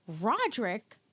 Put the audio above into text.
Roderick